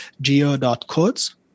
geo.codes